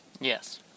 Yes